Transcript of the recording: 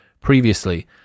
previously